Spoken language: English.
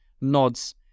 nods